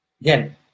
Again